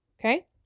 Okay